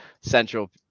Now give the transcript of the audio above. central